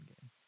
game